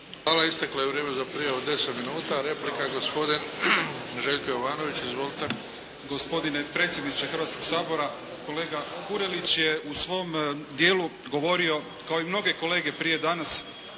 Hvala. Isteklo je vrijeme za prijavu od deset minuta. Replika gospodin Željko Jovanović. Izvolite. **Jovanović, Željko (SDP)** Gospodine predsjedniče Hrvatskog sabora! Kolega Kurelić je u svom dijelu govorio kao i mnoge kolege prije, danas